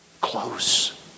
close